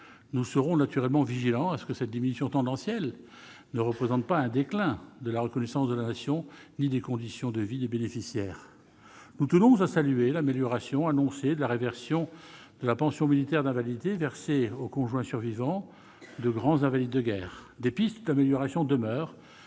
Nous veillerons naturellement à ce que cette diminution tendancielle ne représente pas un déclin de la reconnaissance de la Nation ni des conditions de vie des bénéficiaires. Nous tenons à saluer l'amélioration annoncée de la réversion de la pension militaire d'invalidité versée aux conjoints survivants de grands invalides de guerre. Des pistes d'amélioration demeurent.